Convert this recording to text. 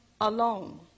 alone